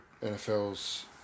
NFL's